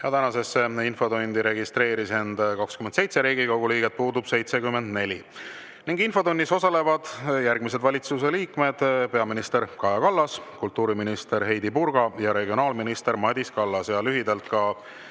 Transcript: Tänasesse infotundi registreeris end 27 Riigikogu liiget, puudub 74. Infotunnis osalevad järgmised valitsuse liikmed: peaminister Kaja Kallas, kultuuriminister Heidy Purga ja regionaalminister Madis Kallas. Lühidalt ka